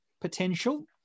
potential